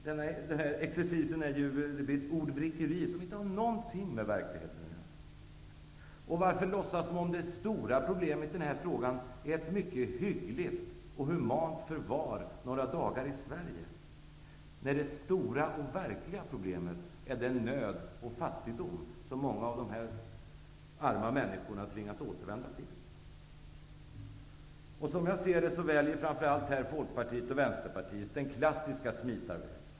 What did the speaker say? Det blir ett ordvrängeri som inte har någonting med verkligheten att göra. Varför låtsas som om det stora problemet i det här sammanhanget är ett mycket hyggligt och humant förvar några dagar i Sverige, när det stora och verkliga problemet är den nöd och fattigdom som många av de här arma människorna tvingas återvända till? Som jag ser det, väljer framför allt Folkpartiet och Vänsterpartiet den klassiska smitarvägen.